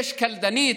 יש קלדנית,